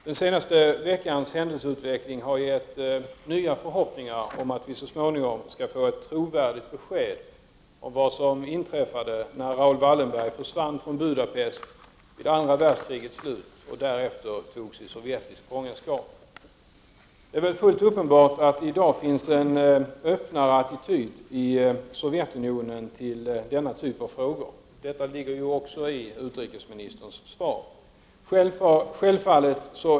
Den senaste veckans händelseutveckling har gett nya förhoppningar om ett trovärdigt besked om vad som inträffade när Raoul Wallenberg försvann från Budapest vid andra världskrigets slut. Personliga tillhörigheter såsom pass och körkort överlämnades vid syskonens besök i Moskva.